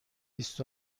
بیست